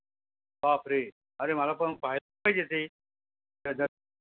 बापरे अरे मला पण पाहायला पाहिजे ते त्याच्यात